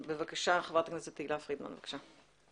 חברת הכנסת תהלה פרידמן בבקשה.